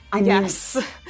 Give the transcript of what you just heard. Yes